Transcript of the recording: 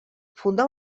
fundà